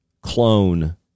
clone